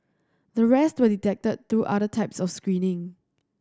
the rest were detected through other types of screening